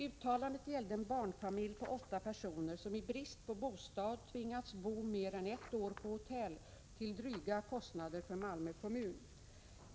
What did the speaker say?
Uttalandet gällde en barnfamilj på åtta personer som i brist på bostad tvingats bo mer än ett år på hotell till dryga kostnader för Malmö kommun.